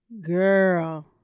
Girl